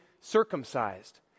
circumcised